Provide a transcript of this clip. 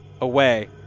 away